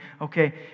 okay